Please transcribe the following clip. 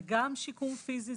זה גם שיקום פיזי,